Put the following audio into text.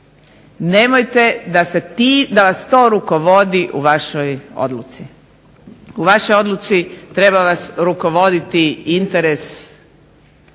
nemojte da vas to rukovodi u vašoj odluci. U vašoj odluci treba vas rukovoditi interes Hrvatske